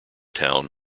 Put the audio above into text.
town